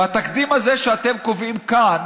והתקדים הזה שאתם קובעים כאן